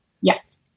Yes